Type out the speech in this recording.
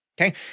Okay